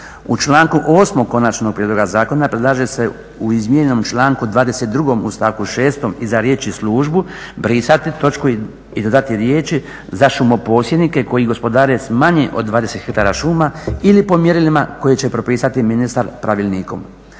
U članku 8. konačnog prijedloga zakona predlaže se u izmijenjenom članku 22. u stavku 6. iza riječi službu brisati točku i dodati riječi za šumoposjednike koji gospodare s manje od 20 hektara šuma ili po mjerilima koje će propisati ministar pravilnikom.